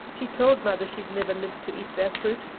she told mother she'd never live to eat their fruit,